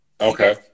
Okay